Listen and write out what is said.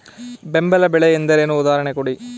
ಬೆಂಬಲ ಬೆಲೆ ಎಂದರೇನು, ಉದಾಹರಣೆ ಕೊಡಿ?